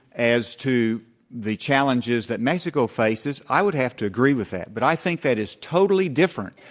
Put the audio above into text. as to the challenges that mexico faces, i would have to agree with that. but i think that is totally different.